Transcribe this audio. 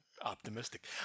Optimistic